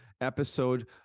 episode